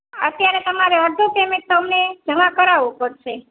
અત્યારે તો તમારે અડધું પેમેન્ટ તમને જમા કરાવવું પડશે